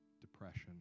depression